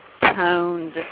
toned